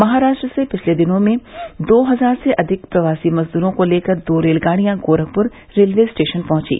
महाराष्ट्र से पिछले दिनों में दो हजार से अधिक प्रवासी मजदूरों को लेकर दो रेलगाड़ियां गोरखपुर रेलवे स्टेशन पहंची